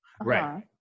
Right